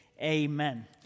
Amen